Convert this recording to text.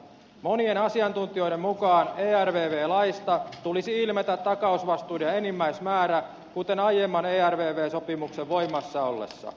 monien asiantuntijoiden mukaan ervv laista tulisi ilmetä takausvastuiden enimmäismäärä kuten aiemman ervv sopimuksen voimassa ollessa